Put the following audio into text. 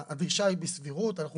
הדרישה היא בסבירות, אנחנו